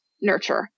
nurture